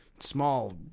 Small